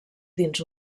dins